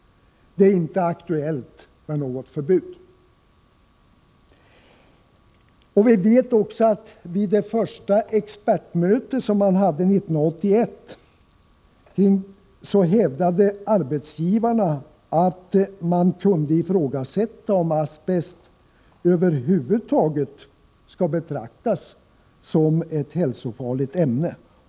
Det är inte aktuellt med något förbud. Vi vet också att arbetsgivarna vid det första expertmöte man hade, 1981, hävdade att man kunde ifrågasätta om asbest över huvud taget skulle betraktas som ett hälsofarligt ämne.